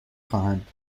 خواهند